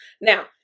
Now